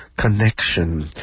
connection